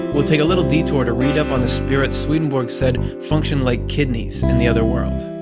we'll take a little detour to read up on the spirits swedenborg said function like kidneys in the other world.